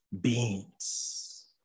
beings